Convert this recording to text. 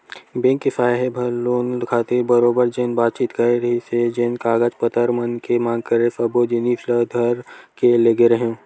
bank के साहेब ह लोन खातिर बरोबर जेन बातचीत करे रिहिस हे जेन कागज पतर मन के मांग करे सब्बो जिनिस ल धर के लेगे रेहेंव